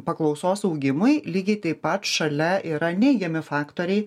paklausos augimui lygiai taip pat šalia yra neigiami faktoriai